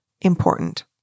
important